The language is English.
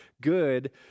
good